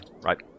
right